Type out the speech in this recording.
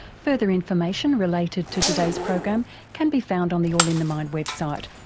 further information related to today's program can be found on the all in the mind website,